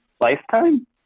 lifetime